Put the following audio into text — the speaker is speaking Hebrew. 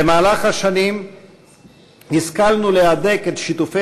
במהלך השנים השכלנו להדק את שיתופי